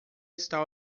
está